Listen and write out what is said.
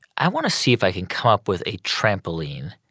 i want to see if i can come up with a trampoline.